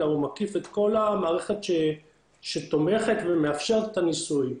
אלא הוא מקיף את כל המערכת שתומכת ומאפשרת את הניסוי,